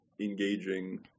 engaging